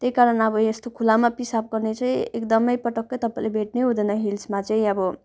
त्यही कारण अब यस्तो खुलामा पिसाब गर्ने चाहिँ एकदमै पटकै तपाईँले भेट्नुहुँदैन हिल्समा चाहिँ अब